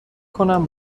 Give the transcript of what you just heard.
کنم